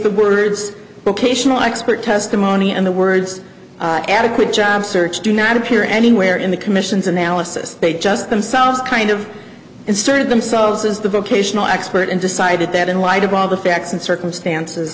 vocational expert testimony and the words adequate job search do not appear anywhere in the commission's analysis they just themselves kind of inserted themselves as the vocational expert and decided that in light of all the facts and circumstances